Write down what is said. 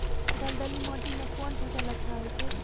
दलदली माटी म कोन फसल अच्छा होय छै?